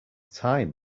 time